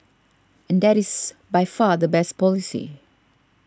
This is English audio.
and that is by far the best policy